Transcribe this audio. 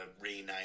rename